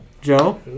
Joe